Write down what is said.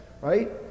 right